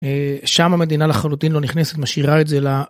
שם המדינה לחלוטין לא נכנסת משאירה את זה ל.